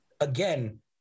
again